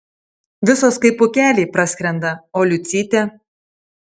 visos kaip pūkeliai praskrenda o liucytė